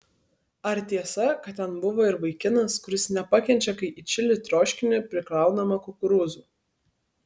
ar tiesa kad ten buvo ir vaikinas kuris nepakenčia kai į čili troškinį prikraunama kukurūzų